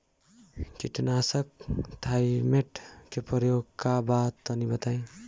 कीटनाशक थाइमेट के प्रयोग का बा तनि बताई?